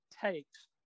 takes